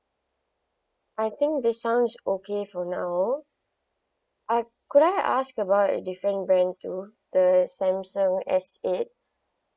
I think this sounds okay for now ah could I ask about a different brand though the Samsung S eight